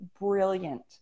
brilliant